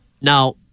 Now